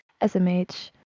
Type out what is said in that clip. SMH